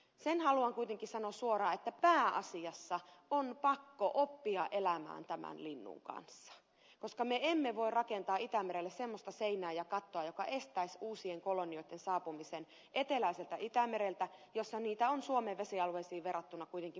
sen haluan kuitenkin sanoa suoraan että pääasiassa on pakko oppia elämään tämän linnun kanssa koska me emme voi rakentaa itämerelle semmoista seinää ja kattoa joka estäisi uusien kolonioitten saapumisen eteläiseltä itämereltä jossa niitä on suomen vesialueisiin verrattuna kuitenkin moninkertaiset määrät